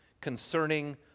concerning